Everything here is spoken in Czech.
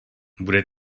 bude